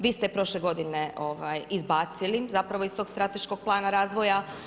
Vi ste je prošle godine izbacili zapravo iz tog strateškog plana razvoja.